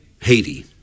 Haiti